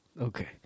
Okay